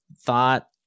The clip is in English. thought